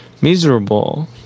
miserable